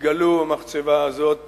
נתגלו במחצבה הזאת